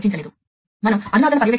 కాబట్టి ఇది రిపీటర్